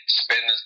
spend –